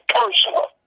personal